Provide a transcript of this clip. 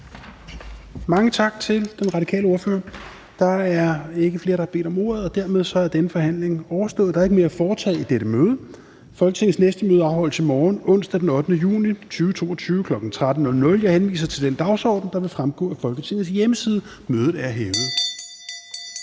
Mange tak til den radikale ordfører. Der er ikke flere, der har bedt om ordet, og dermed er denne forhandling overstået. --- Kl. 22:05 Meddelelser fra formanden Fjerde næstformand (Rasmus Helveg Petersen): Der er ikke mere at foretage i dette møde. Folketingets næste møde afholdes i morgen, onsdag den 8. juni 2022, kl. 13.00. Jeg henviser til den dagsorden, der vil fremgå af Folketingets hjemmeside. Mødet er hævet.